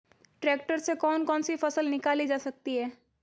Tractor से कौन कौनसी फसल निकाली जा सकती हैं?